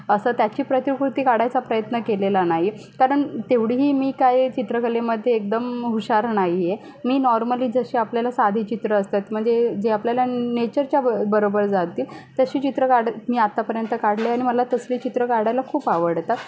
असं त्याची प्रतिकृती काढायचा प्रयत्न केलेला नाही आहे कारण तेवढीही मी काही चित्रकलेमध्ये एकदम हुशार नाही आहे मी नॉर्मली जशी आपल्याला साधी चित्रं असतात म्हणजे जे आपल्याला नेचरच्या ब बरोबर जातील तशी चित्रं काढत मी आत्तापर्यंत काढले आणि मला तसली चित्रं काढायला खूप आवडतं